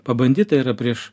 pabandyta yra prieš